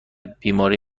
بیماری